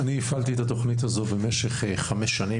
אני הפעלתי את התכנית הזו במשך כחמש שנים,